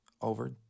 over